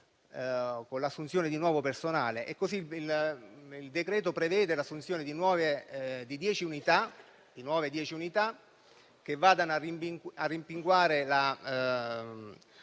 con l'assunzione di nuovo personale. Così il decreto prevede l'assunzione di nuove 10 unità, che vanno a rimpinguare la